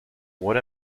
what